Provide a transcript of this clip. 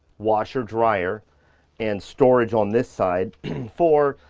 washer, dryer and storage on this side for,